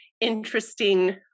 interesting